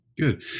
Good